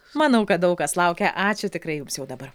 manau kad daug kas laukia ačiū tikrai jums jau dabar